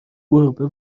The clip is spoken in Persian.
گربه